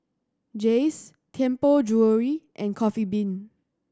Jays Tianpo Jewellery and Coffee Bean